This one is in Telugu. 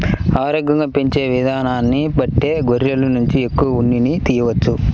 ఆరోగ్యంగా పెంచే ఇదానాన్ని బట్టే గొర్రెల నుంచి ఎక్కువ ఉన్నిని తియ్యవచ్చు